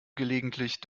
gelegentlich